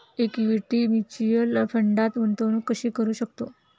Equity mutual फंडात गुंतवणूक कशी करू शकतो?